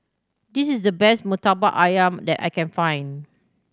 this is the best Murtabak Ayam that I can find